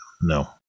No